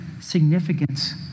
significance